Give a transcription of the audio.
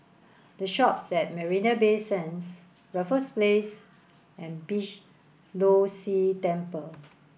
the Shoppes at Marina Bay Sands Raffles Place and Beeh Low See Temple